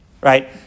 right